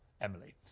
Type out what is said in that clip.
Emily